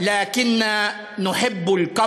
/ אנו אוהבים את הפרחים,